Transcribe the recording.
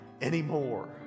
anymore